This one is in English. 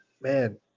man